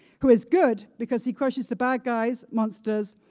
who is good because he crushes the bad guys, monsters,